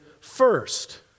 first